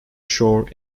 shore